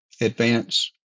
advance